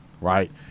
right